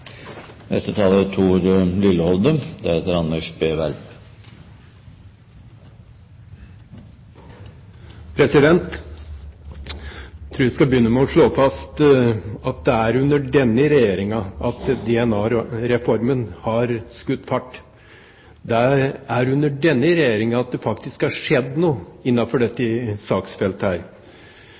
jeg skal begynne med å slå fast at det er under denne regjeringen DNA-reformen har skutt fart. Det er under denne regjeringen det faktisk har skjedd noe innenfor dette saksfeltet.